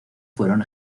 fueron